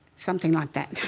something like that.